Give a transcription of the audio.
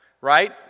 right